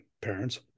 parents